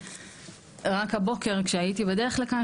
רק הבוקר כשהייתי בדרך לכאן,